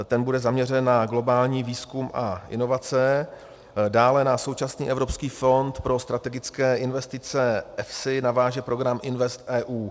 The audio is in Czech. Ten bude zaměřen na globální výzkum a inovace, dále na současný Evropský fond pro strategické investice, EFSI, naváže program Invest EU.